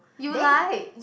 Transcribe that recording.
you like